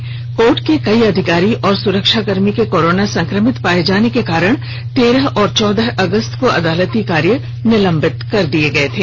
high court के कई अधिकारी और सुरक्षा कर्मी के कोरोना संक्रमित पाए जाने के कारण तेरह और चौदह अगस्त को अदालती कार्य निलंबित कर दिये गये थे